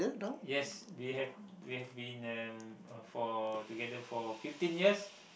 yes we have we have been uh for together for fifteen years